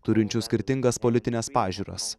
turinčių skirtingas politines pažiūras